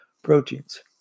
Proteins